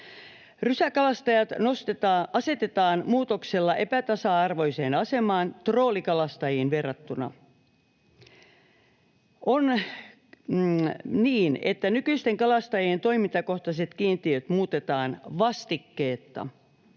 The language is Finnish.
Rysäkalastajat asetetaan muutoksella epätasa-arvoiseen asemaan troolikalastajiin verrattuna. On niin, että nykyisten kalastajien toimintakohtaiset kiintiöt muutetaan vastikkeetta